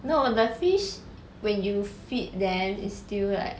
no the fish when you feed them is still like